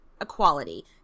equality